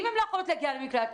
אם הן לא יכולות להגיע למקלט,